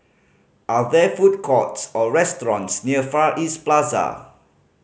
are there food courts or restaurants near Far East Plaza